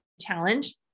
challenge